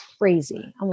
crazy